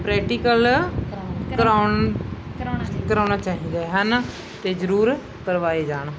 practical ਕਰਾਉਣਾ ਕਰਾਉਣੇ ਚਾਹੀਦੇ ਹਨ ਅਤੇ ਜ਼ਰੂਰ ਕਰਵਾਏ ਜਾਣ